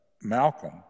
Malcolm